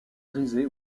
brisés